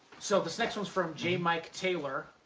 so this next one's from j. mike taylor.